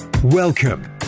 Welcome